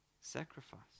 sacrifice